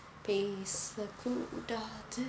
பேச கூடாது:pesa kudaathu